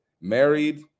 married